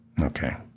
Okay